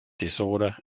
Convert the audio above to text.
disorder